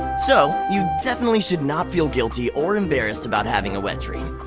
so you definitely should not feel guilty or embarrassed about having a wet dream.